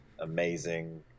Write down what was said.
amazing